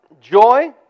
joy